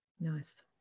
Nice